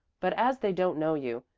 but as they don't know you,